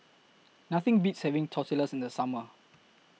Nothing Beats having Tortillas in The Summer